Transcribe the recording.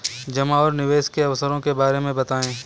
जमा और निवेश के अवसरों के बारे में बताएँ?